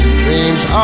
dreams